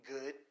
good